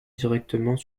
directement